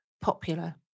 popular